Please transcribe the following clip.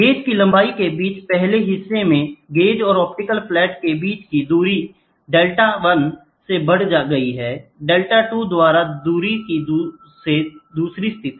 gauge की लंबाई के बीच पहले हिस्से में गेज और ऑप्टिकल फ्लैट के बीच की दूरी δ1 से बढ़ गई है और δ2 द्वारा दूरी से दूसरी स्थिति